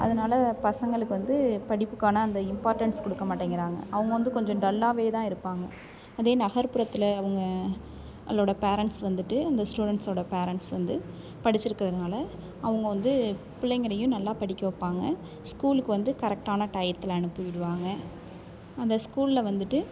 அதனால் பசங்களுக்கு வந்து படிப்புக்கான அந்த இம்பார்ட்டன்ஸ் கொடுக்க மாட்டேங்கிறாங்க அவங்க வந்து கொஞ்சம் டல்லாகவே தான் இருப்பாங்க அதே நகர்ப்புறத்தில் அவங்களோட பேரண்ட்ஸ் வந்துட்டு அந்த ஸ்டூடண்ட்ஸோடய பேரண்ட்ஸ் வந்து படிச்சிருக்கிறதுனால அவங்க வந்து பிள்ளைங்களையும் நல்லா படிக்க வைப்பாங்க ஸ்கூலுக்கு வந்து கரெக்டான டையத்தில் அனுப்பி விடுவாங்க அந்த ஸ்கூலில் வந்துட்டு